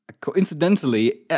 coincidentally